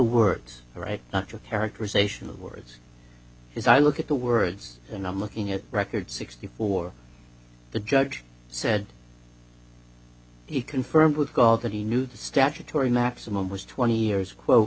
words right not your characterization of words as i look at the words and i'm looking at record sixty four the judge said he confirmed with all that he knew the statutory maximum was twenty years quote